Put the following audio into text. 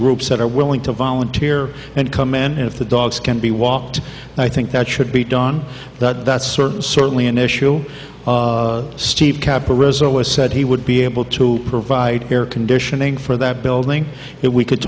groups that are willing to volunteer and come in if the dogs can be walked and i think that should be done that that's sort of certainly an issue steve capper result was said he would be able to provide air conditioning for that building if we could